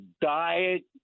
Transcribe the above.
diet